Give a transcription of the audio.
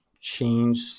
change